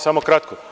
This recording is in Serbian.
Samo kratko.